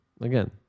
Again